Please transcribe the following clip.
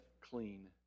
clean